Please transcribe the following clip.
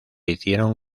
hicieron